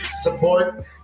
Support